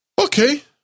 Okay